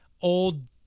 old